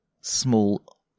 small